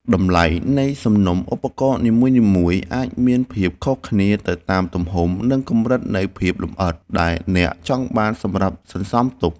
តម្លៃនៃសំណុំឧបករណ៍នីមួយៗអាចមានភាពខុសគ្នាទៅតាមទំហំ និងកម្រិតនៃភាពលម្អិតដែលអ្នកចង់បានសម្រាប់សន្សំទុក។